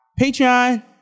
Patreon